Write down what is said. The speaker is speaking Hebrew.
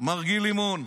מר גיל לימון,